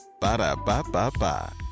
Ba-da-ba-ba-ba